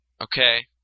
Okay